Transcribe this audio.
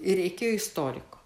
ir reikėjo istoriko